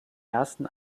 ersten